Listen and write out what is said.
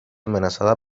amenaçada